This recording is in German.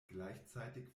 gleichzeitig